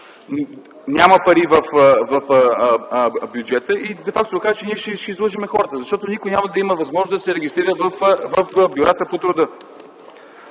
няма пари в бюджета и де факто се оказва, че ние ще излъжем хората, защото никой няма да има възможност да се регистрира в бюрата по труда.